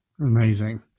Amazing